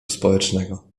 społecznego